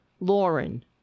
Lauren